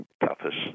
toughest